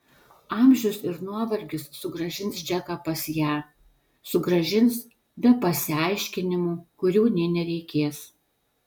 amžius ir nuovargis sugrąžins džeką pas ją sugrąžins be pasiaiškinimų kurių nė nereikės